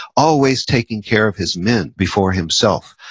always taking care of his men before himself,